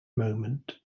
moment